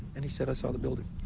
and he said, i saw the building.